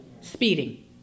Speeding